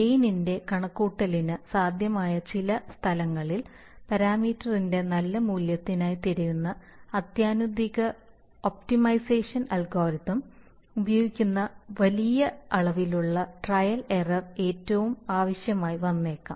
gain ഇന്റെ കണക്കുകൂട്ടലിന് സാധ്യമായ ചില സ്ഥലങ്ങളിൽ പാരാമീറ്ററിന്റെ നല്ല മൂല്യത്തിനായി തിരയുന്ന അത്യാധുനിക ഒപ്റ്റിമൈസേഷൻ അൽഗോരിതം ഉപയോഗിക്കുന്ന വലിയ അളവിലുള്ള ട്രയലും എറർ എറ്റവും ആവശ്യമായി വന്നേക്കാം